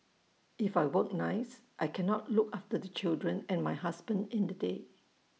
if I work nights I cannot look after the children and my husband in the day